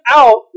out